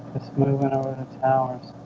it's moving over the towers